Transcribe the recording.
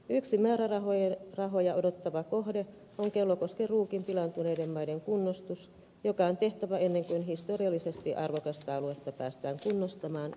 yksi määrärahoja odottava kohde on kellokosken ruukin pilaantuneiden maiden kunnostus joka on tehtävä ennen kuin historiallisesti arvokasta aluetta päästään kunnostamaan ja kehittämään